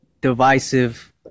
divisive